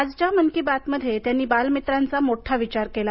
आजच्या मन की बात मध्ये त्यांनी बालमित्रांचा मोठा विचार केला